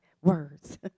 words